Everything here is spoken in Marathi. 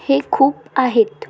हे खूप आहेत